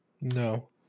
No